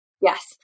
Yes